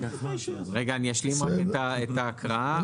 רגע אני רק אשלים את ההקראה.